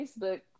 Facebook